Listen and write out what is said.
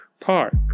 Park